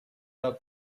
out